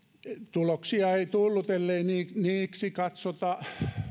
tuloksia ei tullut ellei niiksi katsota